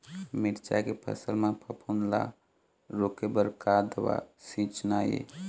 मिरचा के फसल म फफूंद ला रोके बर का दवा सींचना ये?